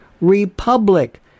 republic